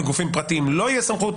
לגופים פרטיים לא תהיה סמכות,